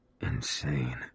Insane